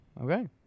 Okay